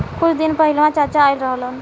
कुछ दिन पहिलवा चाचा आइल रहन